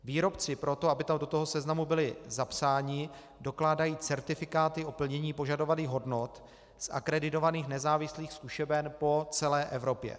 Výrobci pro to, aby do toho seznamu byli zapsáni, dokládají certifikáty o plnění požadovaných hodnot z akreditovaných nezávislých zkušeben po celé Evropě.